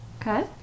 Okay